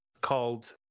Called